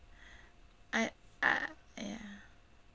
I I ya